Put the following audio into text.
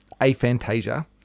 aphantasia